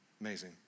amazing